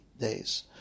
days